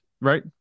right